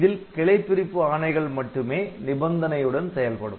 இதில் கிளை பிரிப்பு ஆணைகள் மட்டுமே நிபந்தனையுடன் செயல்படும்